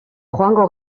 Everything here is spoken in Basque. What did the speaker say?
joango